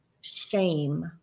shame